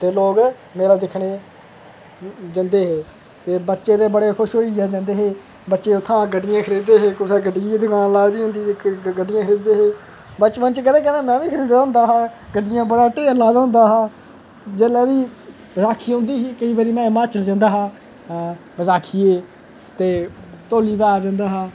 ते लोग मेला दिक्खने ई जंदे हे ते बच्चे ते बड़े खुश होइयै जंदे हे बच्चे उत्थां गड्डियां खरीद दे हे कुसै गड्डियै ई दुकान लाई दी होंदी ही ते केईं गड्डियां खरीद दे हे बचपन च कदें कदें में बी खरीद दा होंदा हा गड्डियें दा बड़ा ढेर लाए दा होंदा हा जेल्लै बी बसाखी औंदी ही केईं बारी में हिमाचल जंदा हा बसाखियै ते धौली धार जंदा हा